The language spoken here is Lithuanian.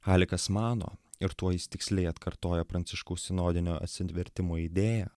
halikas mano ir tuo jis tiksliai atkartoja pranciškaus sinodinio atsivertimo idėją